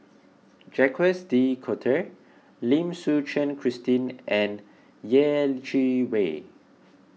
Jacques De Coutre Lim Suchen Christine and Yeh Chi Wei